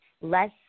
Less